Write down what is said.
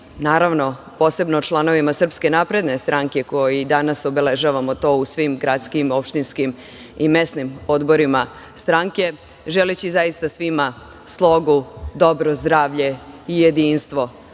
naravno, posebno članovima SNS koji danas obeležavamo to u svim gradskim, opštinskim i mesnim odborima stranke, želeći zaista svima slogu, dobro zdravlje i jedinstvo.